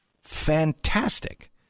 fantastic